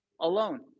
alone